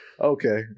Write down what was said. Okay